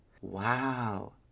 Wow